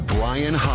Brian